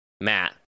Matt